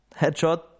headshot